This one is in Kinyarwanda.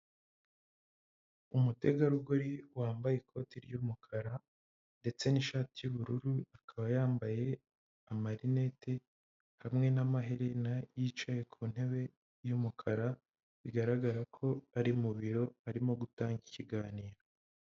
Umutegarugori wambaye ikoti ry'umukara ndetse n'ishati y'ubururu, akaba yambaye amarinete hamwe n'amaherena, yicaye ku ntebe y'umukara bigaragara ko ari mu biro arimo gutanga ikiganiro.